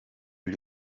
gli